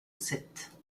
sept